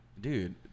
Dude